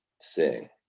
sing